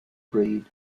breed